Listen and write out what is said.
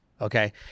Okay